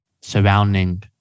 surrounding